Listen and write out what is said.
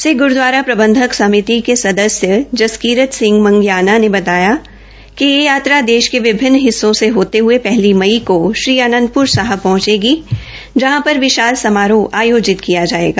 सिक्ख ग्रूदवारा प्रबंधक समिति के सदस्य जसकिरत सिंह मंगवाना ने बताया कि यह यात्रा देश के विभिन्न हिस्सों से होते हये पहली मई को श्री आनंदप्र साहिब पहंचेगी जहां पर विशाल समारोह आयोजित किया जायेगा